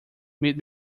meet